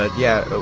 but yeah,